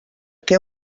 què